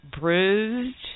bruised